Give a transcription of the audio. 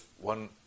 one